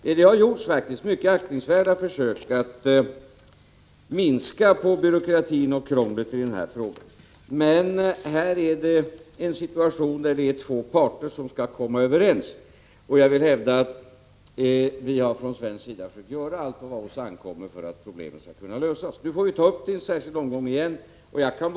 Det har faktiskt gjorts mycket aktningsvärda försök att minska på byråkratin och krånglet i denna fråga, men här är det två parter som skall komma överens. Jag vill hävda att vi från svensk sida har försökt göra allt vad på oss ankommer för att problemen skall kunna lösas. Nu får vi ta upp frågan på nytt i en särskild omgång.